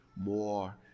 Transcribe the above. more